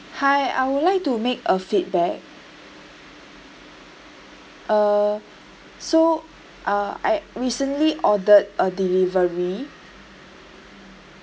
hi I would like to make a feedback uh so uh I recently ordered a delivery